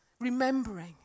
remembering